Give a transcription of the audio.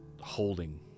holding